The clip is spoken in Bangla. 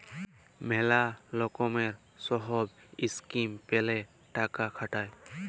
ম্যালা লকমের সহব ইসকিম প্যালে টাকা খাটায়